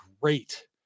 great